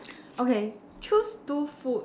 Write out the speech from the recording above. okay choose two food